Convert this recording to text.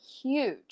huge